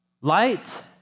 Light